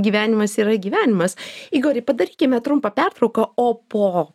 gyvenimas yra gyvenimas igori padarykime trumpą pertrauką o po